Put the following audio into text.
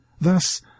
Thus